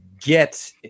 get